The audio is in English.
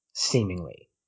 seemingly